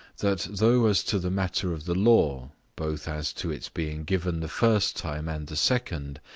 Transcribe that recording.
that, though as to the matter of the law, both as to its being given the first time and the second,